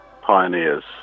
pioneers